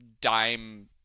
dime